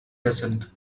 descent